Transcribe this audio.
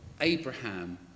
Abraham